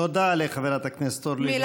תודה לחברת הכנסת אורלי לוי,